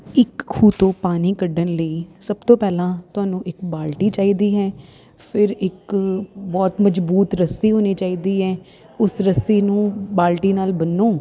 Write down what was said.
ਇੱਕ ਖੂਹ ਤੋਂ ਪਾਣੀ ਕੱਢਣ ਲਈ ਸਭ ਤੋਂ ਪਹਿਲਾਂ ਤੁਹਾਨੂੰ ਇੱਕ ਬਾਲਟੀ ਚਾਹੀਦੀ ਹੈ ਫਿਰ ਇੱਕ ਬਹੁਤ ਮਜ਼ਬੂਤ ਰੱਸੀ ਹੋਣੀ ਚਾਹੀਦੀ ਹੈ ਉਸ ਰੱਸੀ ਨੂੰ ਬਾਲਟੀ ਨਾਲ ਬੰਨ੍ਹੋ